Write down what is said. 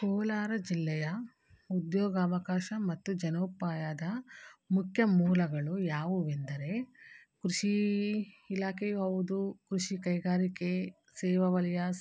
ಕೋಲಾರ ಜಿಲ್ಲೆಯ ಉದ್ಯೋಗಾವಕಾಶ ಮತ್ತು ಜನೋಪಾಯದ ಮುಖ್ಯ ಮೂಲಗಳು ಯಾವುವೆಂದರೆ ಕೃಷಿ ಇಲಾಖೆಯೂ ಹೌದು ಕೃಷಿ ಕೈಗಾರಿಕೆ ಸೇವಾ ವಲಯ